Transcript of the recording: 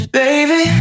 baby